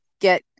get